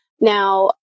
Now